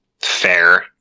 Fair